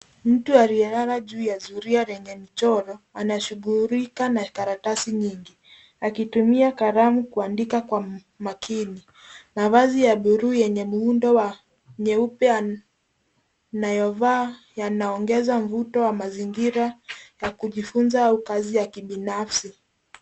Mtu aliyelala juu ya zulia lenye michoro anashughulika na karatasi nyingi akitumia kalamu kuandika kwa makini. Mavazi ya buluu yenye muundo wa nyeupe yanayovaa yanaongeza mvuto wa mazingira yakujifunza au kazi ya kibinafsi.